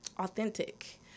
authentic